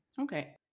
Okay